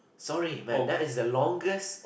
sorry man that is the longest